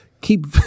keep